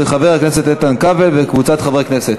של חבר הכנסת איתן כבל וקבוצת חברי כנסת.